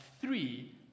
three